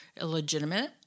illegitimate